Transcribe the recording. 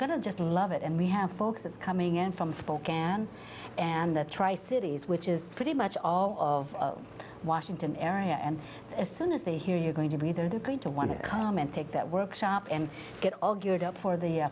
going to just love it and we have folks that's coming in from spokane and the tri cities which is pretty much all of washington area and as soon as they hear you're going to be there they're going to want to comment take that workshop and get all geared up for the